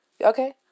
Okay